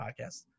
Podcast